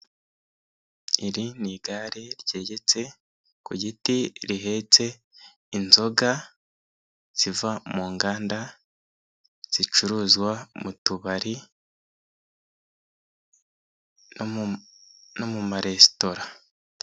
Iri ni igare ryegetse ku giti rihetse inzoga ziva mu nganda, zicuruzwa mu tubari no mu maresitora.